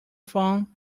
phone